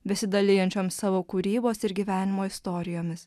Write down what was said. besidalijančiom savo kūrybos ir gyvenimo istorijomis